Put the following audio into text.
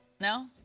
No